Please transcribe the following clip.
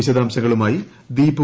വിശദാംശങ്ങളുമായി ദീപു